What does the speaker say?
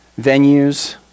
venues